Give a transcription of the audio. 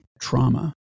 trauma